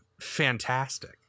fantastic